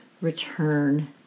return